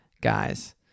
guys